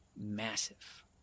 Massive